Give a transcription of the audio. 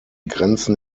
grenzen